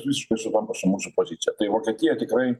visiškai sutampa su mūsų pozicija tai vokietija tikrai